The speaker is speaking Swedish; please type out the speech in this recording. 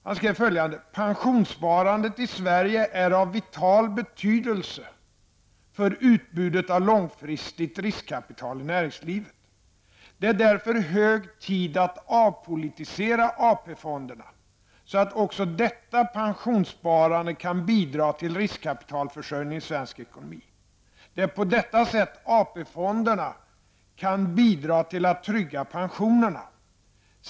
Han skrev att pensionssparandet i Sverige är ''av vital betydelse för utbudet av långfristigt riskkapitial till näringslivet. Det är därför hög tid att avpolitisera och avdramatisera AP-fonderna så att också detta pensionssparande kan bidra till riskkapitalförsörjningen i svensk ekonomi. Det är på detta sätt AP-fonderna kan bidra till att trygga pensionerna.